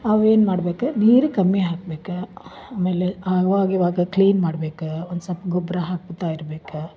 ಅವೇನು ಮಾಡಬೇಕು ನೀರು ಕಮ್ಮಿ ಹಾಕ್ಬೇಕು ಆಮೇಲೆ ಆವಾಗ ಇವಾಗ ಕ್ಲೀನ್ ಮಾಡ್ಬೇಕು ಒಂದು ಸೊಲ್ಪ ಗೊಬ್ಬರ ಹಾಕ್ತಾ ಇರ್ಬೇಕು